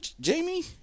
Jamie